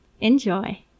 Enjoy